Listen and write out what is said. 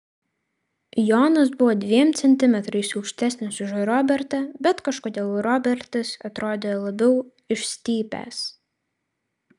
jonas buvo dviem centimetrais aukštesnis už robertą bet kažkodėl robertas atrodė labiau išstypęs